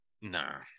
nah